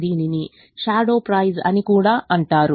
దీనిని shadow price అని కూడా అంటారు